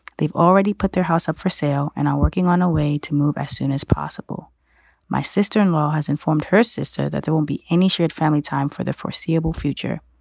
they've already put their house up for sale and i'm working on a way to move as soon as possible my sister in law has informed her sister that there won't be any shared family time for the foreseeable future.